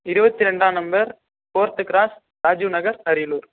இருபத்தி ரெண்டாம் number fourth cross Rajiv Nagar Ariyalur